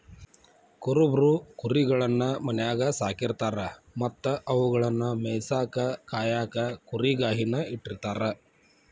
ಕುರುಬರು ಕುರಿಗಳನ್ನ ಮನ್ಯಾಗ್ ಸಾಕಿರತಾರ ಮತ್ತ ಅವುಗಳನ್ನ ಮೇಯಿಸಾಕ ಕಾಯಕ ಕುರಿಗಾಹಿ ನ ಇಟ್ಟಿರ್ತಾರ